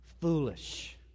foolish